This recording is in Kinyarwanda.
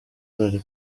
ari